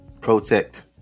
protect